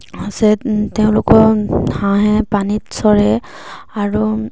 আছে তেওঁলোকৰ হাঁহে পানীত চৰে আৰু